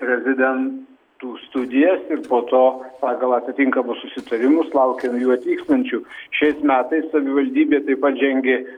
rezidentų studijas ir po to pagal atitinkamus susitarimus laukia atvykstančių šiais metais savivaldybė taip pat žengė